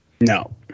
No